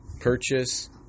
purchase